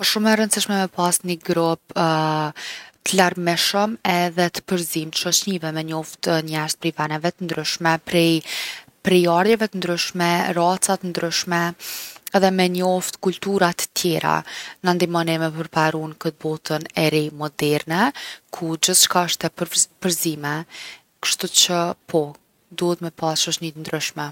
Osht shumë e rëndsishme me pas ni grup t’larmishëm edhe t’përzim t’shoqnive. Me njoft njerz prej veneve t’ndryshme, prej prejardhjeve t’ndryshme, raca t’ndryshme, edhe me njoft kulura t’tjera. Na ndihmon neve me përparu n’kët botën e re moderne, ku gjithçka osht e prz- përzime. Kshtuqe po, duhet me pas shoqni t’ndryshme.